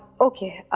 okay,